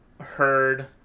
heard